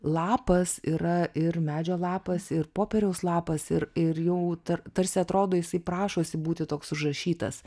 lapas yra ir medžio lapas ir popieriaus lapas ir ir jau tar tarsi atrodo jisai prašosi būti toks užrašytas